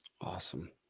Awesome